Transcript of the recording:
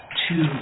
two